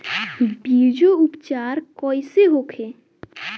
बीजो उपचार कईसे होखे?